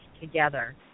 together